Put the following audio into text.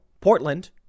Portland